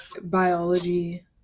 biology